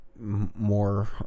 more